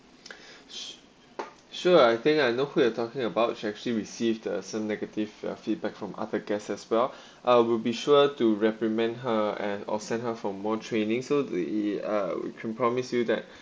sh~ sure I think I know who you're talking about she actually received the some negative uh feedback from other guests as well uh we'll be sure to reprimand her and or send her for more training so the uh we can promise you that